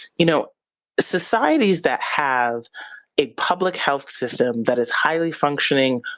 you know societies that have a public health system that is highly functioning,